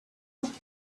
looked